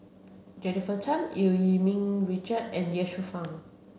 Jennifer Tham Eu Yee Ming Richard and Ye Shufang